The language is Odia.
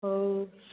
ହଉ